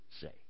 say